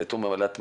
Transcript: בתור ממלאת מקום,